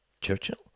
churchill